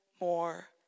more